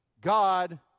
God